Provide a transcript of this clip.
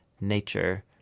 nature